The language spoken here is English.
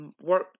work